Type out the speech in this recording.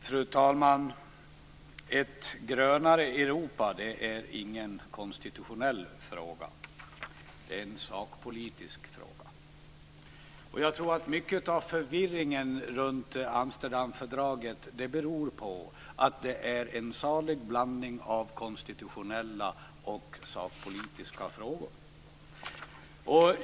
Fru talman! Ett grönare Europa är ingen konstitutionell fråga. Det är en sakpolitisk fråga. Jag tror att mycket av förvirringen runt Amsterdamfördraget beror på att det är en salig blandning av konstitutionella och sakpolitiska frågor.